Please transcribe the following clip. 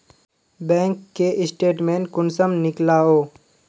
Bank के statement कुंसम नीकलावो?